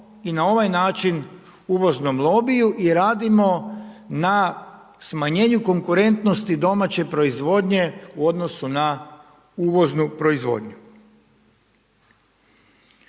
i na ovaj način uvoznom lobiju i radimo na smanjenju konkurentnosti domaće proizvodnje u odnosu na uvoznu proizvodnju.